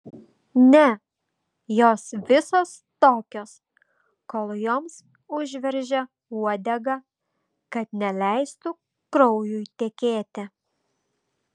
ne jos visos tokios kol joms užveržia uodegą kad neleistų kraujui tekėti